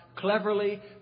cleverly